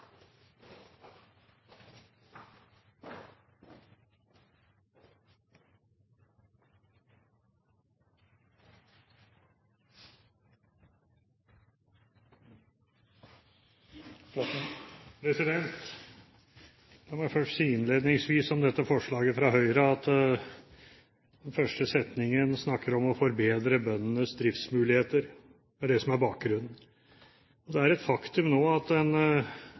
La meg først si innledningsvis om dette forslaget fra Høyre at det er den første setningen hvor vi snakker om å forbedre bøndenes driftsmuligheter, som er bakgrunnen for forslaget. Det er et faktum nå at